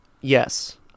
Yes